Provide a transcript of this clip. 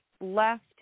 left